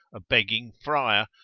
a begging friar,